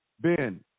Ben